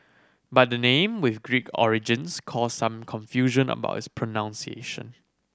but the name with Greek origins caused some confusion about its pronunciation